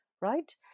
Right